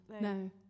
no